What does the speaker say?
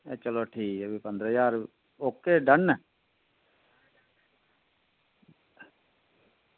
अच्छा चलो ठीक ऐ भी पंदरां ज्हार ओके डन